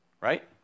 Right